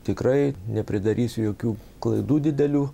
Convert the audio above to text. tikrai nepridarysiu jokių klaidų didelių